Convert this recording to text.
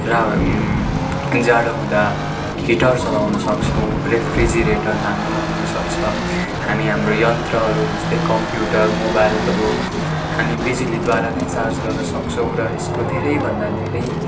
र जाडो हुँदा हिटर चलाउन सक्छौँ रेफ्रिजिरेटर हाम्रोमा हुनसक्छ हामी हाम्रो यन्त्रहरू जस्तै कम्प्युटर मोबाइलहरू हामी बिजुलीद्वारा नै चार्ज गर्न सक्छौँ र यसको धेरैभन्दा धेरै